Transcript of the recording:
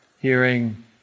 hearing